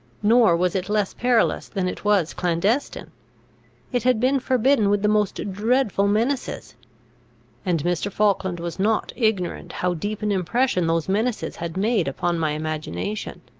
nor was it less perilous than it was clandestine it had been forbidden with the most dreadful menaces and mr. falkland was not ignorant how deep an impression those menaces had made upon my imagination.